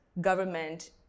government